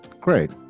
Great